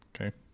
Okay